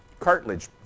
Cartilage